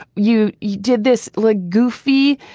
you you did this look goofy,